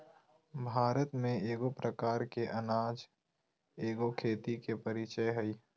भारत में एगो प्रकार के अनाज एगो खेती के परीचय हइ